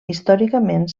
històricament